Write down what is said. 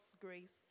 grace